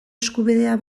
eskubidea